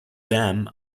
jam